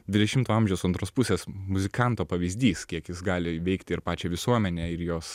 dvidešimto amžiaus antros pusės muzikanto pavyzdys kiek jis gali veikti ir pačią visuomenę ir jos